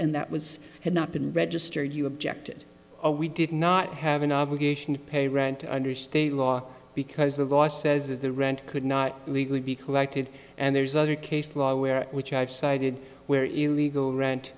and that was had not been registered you objected or we did not have an obligation to pay rent under state law because the law says that the rent could not legally be collected and there's other case law where which i've cited where illegal rant